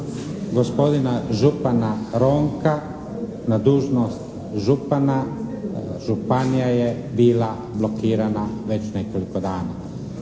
gospodina župana Ronka na dužnost župana, županija je bila blokirana već nekoliko dana.